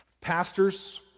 Pastors